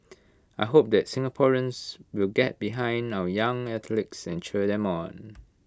I hope that Singaporeans will get behind our young athletes and cheer them on